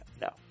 no